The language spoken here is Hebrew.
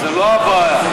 זה לא הבעיה.